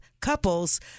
couples